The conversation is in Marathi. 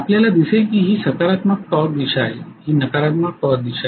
आपल्याला दिसेल की ही सकारात्मक टॉर्क दिशा आहे ही नकारात्मक टॉर्क दिशा आहे